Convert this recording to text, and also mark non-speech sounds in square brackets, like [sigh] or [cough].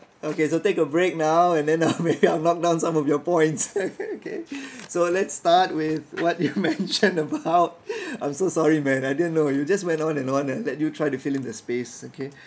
okay so take a break now and then [laughs] maybe i'll lock down some of your points [laughs] okay so let's start with what you [laughs] mentioned about I'm so sorry man I didn't know you just went on and on and let you try to fill in the space okay